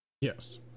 Yes